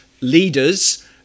leaders